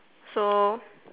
so